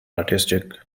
artistic